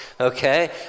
okay